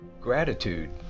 Gratitude